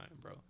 bro